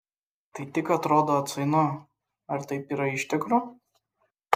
tai tik atrodo atsainu ar taip yra iš tikro